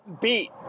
beat